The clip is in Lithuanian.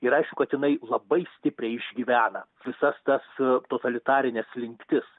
ir aišku kad jinai labai stipriai išgyvena visas tas totalitarines slinktis